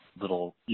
little